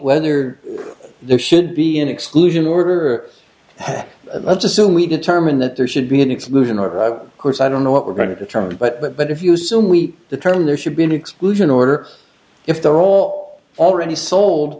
whether there should be an exclusion order that's assume we determine that there should be an exclusion or course i don't know what we're going to determine but but but if you assume we the term there should be an exclusion order if they're all already sold